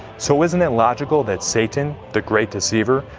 so, isn't it logical that satan, the great deceiver,